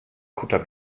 kutter